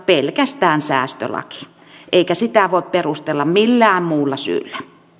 pelkästään säästölaki eikä sitä voi perustella millään muulla syyllä